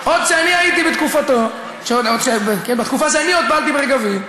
אני רק אנצל את כמה הדקות האלה כדי לדבר קצת על תנועת רגבים,